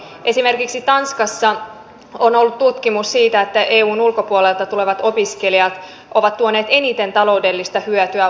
esimerkiksi tanskassa on ollut tutkimus siitä että eun ulkopuolelta tulevat opiskelijat ovat tuoneet eniten taloudellista hyötyä huom